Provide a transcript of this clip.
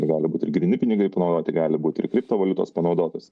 gali būt ir gryni pinigai panaudoti gali būt ir kriptovaliutos panaudotos